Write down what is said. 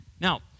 Now